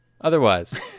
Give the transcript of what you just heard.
Otherwise